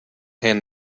hand